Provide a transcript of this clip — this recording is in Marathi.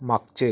मागचे